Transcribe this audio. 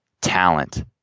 talent